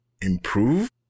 improve